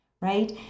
Right